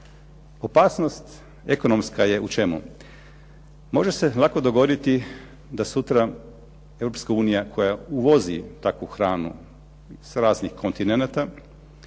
opasnost ekonomska je u čemu? Može se lako dogoditi da sutra Europska unija koja uvozi takvu hranu sa raznih kontinenata,